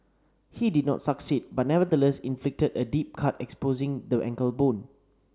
he did not succeed but nevertheless inflicted a deep cut exposing the ankle bone